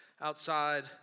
outside